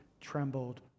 trembled